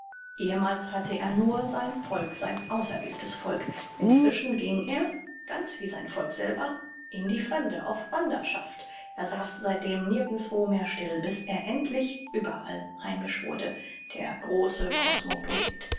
ehemals hatte er nur sein volk sein auserwähltes volk inzwischen gieng er ganz wie sein volk selber in die fremde auf wanderschaft er saß seitdem nirgendswo mehr still bis er endlich überall heimisch wurde der große kosmopolit